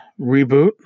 reboot